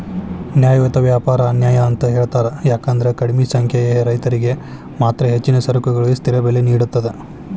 ನ್ಯಾಯಯುತ ವ್ಯಾಪಾರ ಅನ್ಯಾಯ ಅಂತ ಹೇಳ್ತಾರ ಯಾಕಂದ್ರ ಕಡಿಮಿ ಸಂಖ್ಯೆಯ ರೈತರಿಗೆ ಮಾತ್ರ ಹೆಚ್ಚಿನ ಸರಕುಗಳಿಗೆ ಸ್ಥಿರ ಬೆಲೆ ನೇಡತದ